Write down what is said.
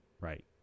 right